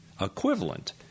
equivalent